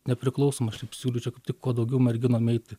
nepriklausomai aš taip siūlyčiau kaip tik kuo daugiau merginom eiti